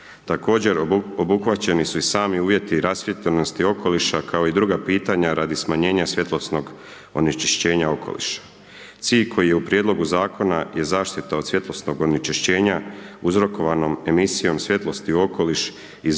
Također obuhvaćeni su i sami uvjeti rasvijetljenosti okoliša kao i druga pitanja radi smanjenja svjetlosnog onečišćenja okoliša. Cilj koji je u prijedlogu zakona je zaštita od svjetlonosnog onečišćenja uzrokovanom emisijom svjetlosti u okoliš iz